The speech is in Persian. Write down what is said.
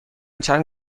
چند